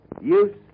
use